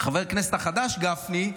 חבר הכנסת החדש גפני,